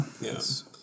yes